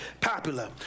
popular